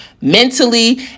mentally